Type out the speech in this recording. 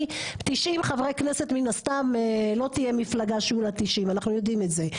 כי 90 חברי כנסת מן הסתם לא תהיה מפלגה שיהיו לה 90 אנחנו יודעים את זה,